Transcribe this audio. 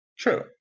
True